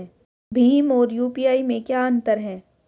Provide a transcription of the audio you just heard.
भीम और यू.पी.आई में क्या अंतर है?